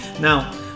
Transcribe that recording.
Now